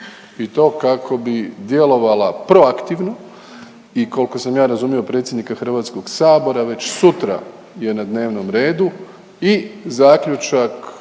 I to kako bi djelovala proaktivno i koliko sam ja razumio predsjednika Hrvatskog sabora, već sutra je na dnevnom redu i zaključak